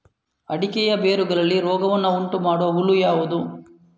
ಅಡಿಕೆಯ ಬೇರುಗಳಲ್ಲಿ ರೋಗವನ್ನು ಉಂಟುಮಾಡುವ ಹುಳು ಯಾವುದು?